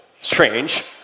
strange